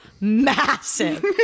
massive